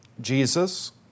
Jesus